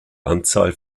anzahl